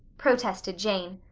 protested jane.